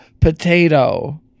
potato